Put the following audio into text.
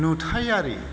नुथायारि